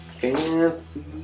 Fancy